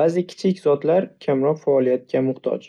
Ba'zi kichik zotlar kamroq faoliyatga muhtoj.